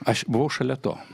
aš buvau šalia to